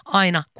aina